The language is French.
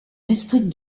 district